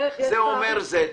זה אומר: Z,